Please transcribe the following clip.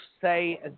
say